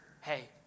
hey